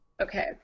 Okay